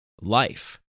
life